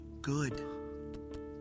good